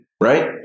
right